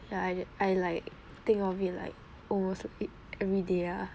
ya I I like think of it like almost like everyday ah